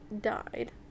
died